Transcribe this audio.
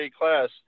class